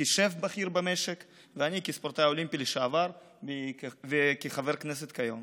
בכיר במשק ואני כספורטאי אולימפי לשעבר וכחבר כנסת כיום.